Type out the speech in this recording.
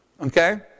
Okay